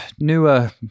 newer